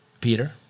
Peter